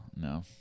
no